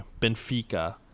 Benfica